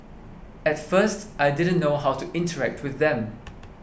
at first I didn't know how to interact with them